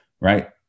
Right